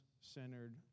centered